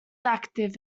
active